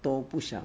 都不想